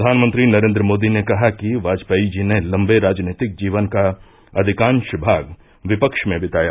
प्रधानमंत्री नरेन्द्र मोदी ने कहा कि वाजपेयी जी ने लम्बे राजनीतिक जीवन का अधिकांश भाग विपक्ष में बिताया